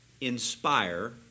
inspire